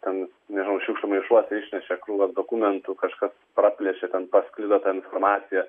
ten nežinau šiukšlių maišuose išnešė krūvas dokumentų kažkas praplėšė ten pasklido informacija